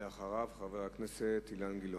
ולאחריו, חבר הכנסת אילן גילאון.